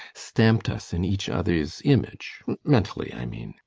stamped us in each other's image mentally, i mean.